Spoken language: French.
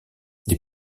les